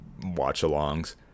watch-alongs